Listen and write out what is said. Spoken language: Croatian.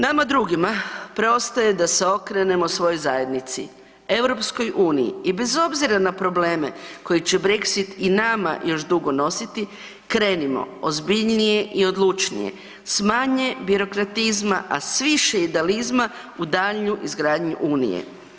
Nama drugima preostaje da se okrenemo svojoj zajednici EU i bez obzira na probleme koje će Brexit i nama još dugo nositi krenimo ozbiljnije i odlučnije, s manje birokratizma, a s više idealizma u daljnju izgradnju Unije.